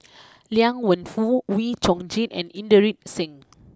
Liang Wenfu Wee Chong Jin and Inderjit Singh